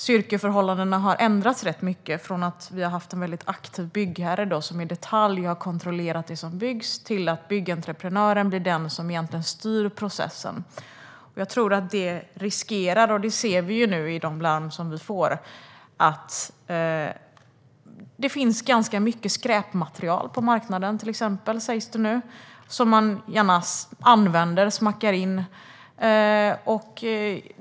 Styrkeförhållandena har ändrats rätt mycket från att det har varit en aktiv byggherre som i detalj har kontrollerat det som byggs till att byggentreprenören är den som egentligen styr processen. Vi får larm om att det finns ganska mycket skräpmaterial på marknaden som man gärna smackar in.